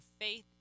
faith